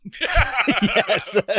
Yes